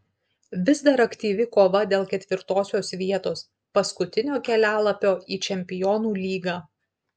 vis dar aktyvi kova dėl ketvirtosios vietos paskutinio kelialapio į čempionų lygą